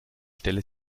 stelle